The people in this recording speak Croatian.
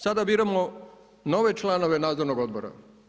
Sada biramo nove članove nadzornog odbora.